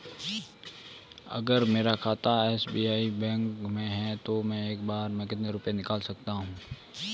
अगर मेरा खाता एस.बी.आई बैंक में है तो मैं एक बार में कितने रुपए निकाल सकता हूँ?